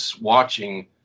watching